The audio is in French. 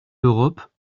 l’europe